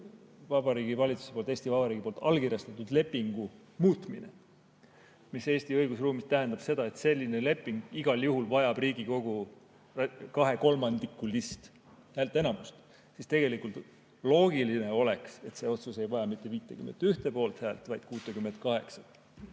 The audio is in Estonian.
Vabariigi Valitsuse poolt, Eesti Vabariigi poolt allkirjastatud lepingu muutmine. Eesti õigusruumis tähendab see seda, et selline leping igal juhul vajab Riigikogu kahekolmandikulist häälteenamust. Nii et tegelikult oleks loogiline, et see otsus ei vaja mitte vähemalt 51 poolthäält, vaid 68.